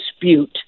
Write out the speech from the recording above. dispute